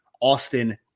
Austin